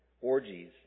orgies